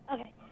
Okay